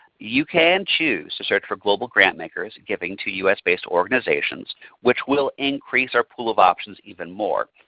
you can choose to search for global grantmakers giving to us-based organizations which will increase our pool of options even more.